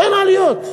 אין עליות?